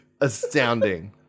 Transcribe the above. astounding